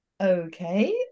Okay